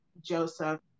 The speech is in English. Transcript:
Joseph